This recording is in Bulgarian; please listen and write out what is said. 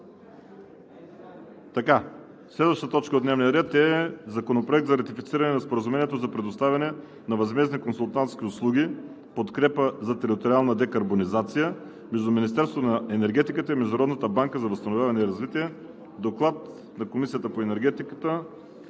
съвет на 9 ноември 2020 г. „Закон за ратифициране на Споразумението за предоставяне на възмездни консултантски услуги „Подкрепа за териториална декарбонизация“ между Министерството на енергетиката и Международната банка за възстановяване и развитие“.“ Комисията подкрепя текста